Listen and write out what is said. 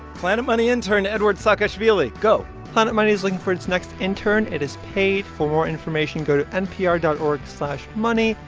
planet money intern eduard saakashvili, go planet money is looking for its next intern. it is paid. for more information, go to npr dot org slash money.